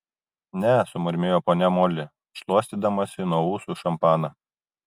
ne sumurmėjo ponia moli šluostydamasi nuo ūsų šampaną